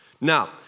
Now